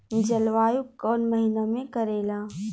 जलवायु कौन महीना में करेला?